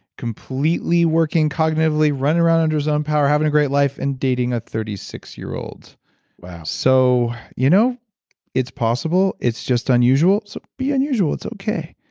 completely working cognitively, running around under his own power, having a great life, and dating a thirty six year old wow so you know it's possible. it's just unusual. so be unusual. it's okay.